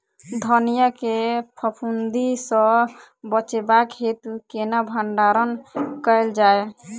धनिया केँ फफूंदी सऽ बचेबाक हेतु केना भण्डारण कैल जाए?